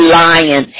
lion